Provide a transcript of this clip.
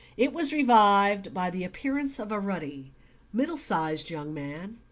it was revived by the appearance of a ruddy middle-sized young man,